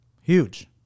Huge